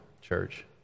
church